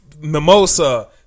Mimosa